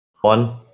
One